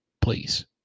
Please